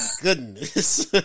Goodness